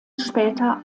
später